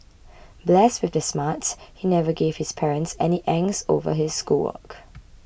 blessed with the smarts he never gave his parents any angst over his schoolwork